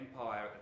empire